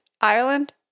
Ireland